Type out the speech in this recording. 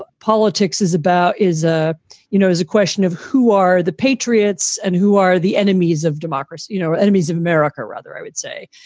but politics is about is a you know, as a question of who are the patriots and who are the enemies of democracy, you know, enemies of america, rather, i would say,